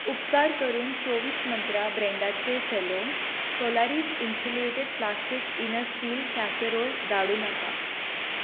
उपकार करून चोवीस मंत्रा ब्रँडाचें Cello Solaris insulated plastic inner steel casserole धाडूं नाका